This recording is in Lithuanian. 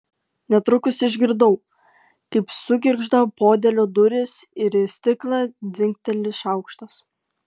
netrukus išgirdau kaip sugirgžda podėlio durys ir į stiklą dzingteli šaukštas